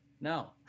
no